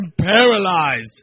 paralyzed